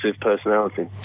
personality